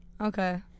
Okay